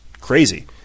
crazy